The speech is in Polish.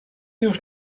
już